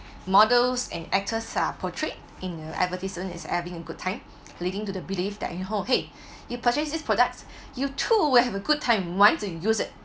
models and actors are portrayed in the advertisement as having a good time leading to the belief that you know !hey! you purchase these products you too will have a good time once you use it